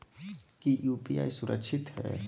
की यू.पी.आई सुरक्षित है?